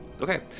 Okay